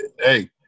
Hey